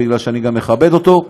כי אני גם מכבד אותו,